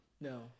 No